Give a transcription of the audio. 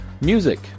Music